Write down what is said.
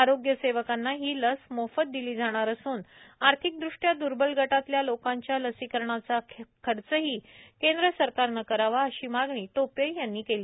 आरोग्य सेवकांना ही लस मोफत दिली जाणार असून आर्थिक दृष्ट्या दुर्बल गटातल्या लोकांच्या लसीकरणाचा खर्चही केंद्र सरकारनं करावा अशी मागणी टोपे यांनी केली